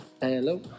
hello